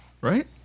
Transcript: Right